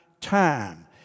time